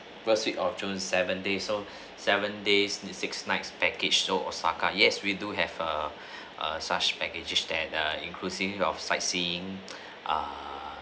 first week of june seven days so seven days six nights package so osaka yes we do have a a such packages that inclusive of sightseeing err